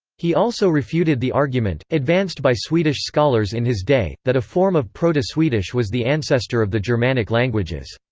he also refuted the argument, advanced by swedish scholars in his day, that a form of proto-swedish was the ancestor of the germanic languages.